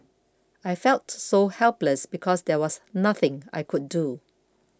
I felt so helpless because there was nothing I could do